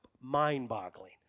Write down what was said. mind-boggling